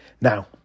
Now